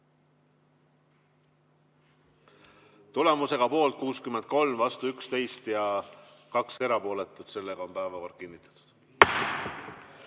Tulemusega poolt 63, vastu 11 ja 2 erapooletut on päevakord kinnitatud.